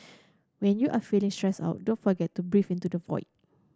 when you are feeling stressed out don't forget to breathe into the void